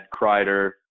Kreider